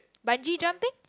buggy jumping